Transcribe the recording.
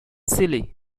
silly